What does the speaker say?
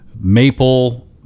Maple